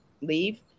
leave